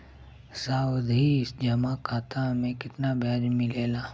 सावधि जमा खाता मे कितना ब्याज मिले ला?